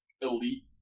elite